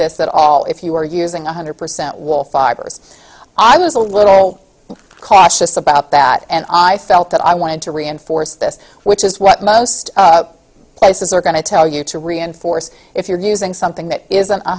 this at all if you were using one hundred percent wall fibers i was a little cautious about that and i felt that i wanted to reinforce this which is what most places are going to tell you to reinforce if you're using something that isn't